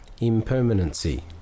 impermanency